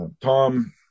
Tom